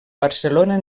barcelona